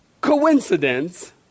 coincidence